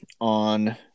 on